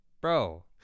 Bro